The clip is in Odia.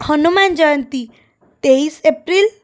ହନୁମାନ ଜୟନ୍ତୀ ତେଇଶ ଏପ୍ରିଲ୍